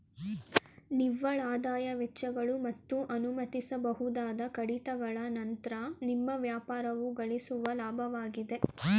ನಿವ್ವಳಆದಾಯ ವೆಚ್ಚಗಳು ಮತ್ತು ಅನುಮತಿಸಬಹುದಾದ ಕಡಿತಗಳ ನಂತ್ರ ನಿಮ್ಮ ವ್ಯಾಪಾರವು ಗಳಿಸುವ ಲಾಭವಾಗಿದೆ